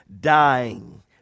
dying